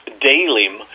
daily